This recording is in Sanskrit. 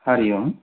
हरिः ओम्